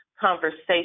conversation